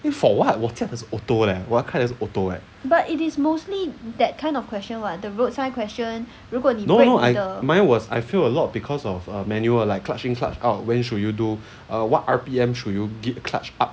for [what] 我驾的是 auto leh no no mine was I fail a lot because of err manual like clutch in clutch out when should you do what R_P_M should you gi~ clutch up